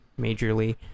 majorly